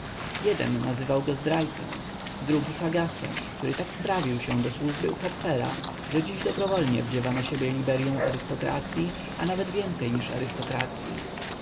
jeden nazywał go zdrajcą inny fagasem który tak wprawił się do służby u hopfera że dziś dobrowolnie wdziewa na siebie liberyą arystokracyi a nawet więcej niż